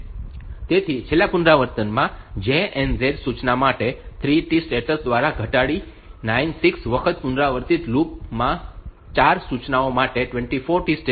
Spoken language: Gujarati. તેથી છેલ્લા પુનરાવૃત્તિમાં JNZ સૂચના માટે 3 T સ્ટેટ્સ દ્વારા ઘટાડી 96 વખત પુનરાવર્તિત લૂપ માં 4 સૂચનાઓ માટે 24 T સ્ટેટ્સ છે